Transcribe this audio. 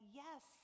yes